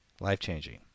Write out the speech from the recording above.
Life-changing